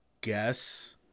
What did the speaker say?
guess